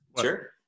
Sure